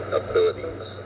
abilities